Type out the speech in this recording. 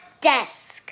desk